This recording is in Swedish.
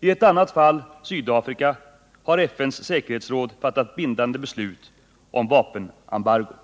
I ett annat fall, Sydafrika, har FN:s säkerhetsråd fattat bindande beslut om vapenembargo.